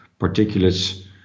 particulates